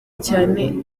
cyane